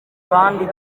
kandi